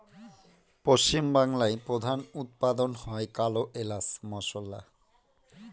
পশ্চিম বাংলায় প্রধান উৎপাদন হয় কালো এলাচ মসলা